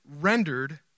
rendered